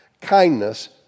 kindness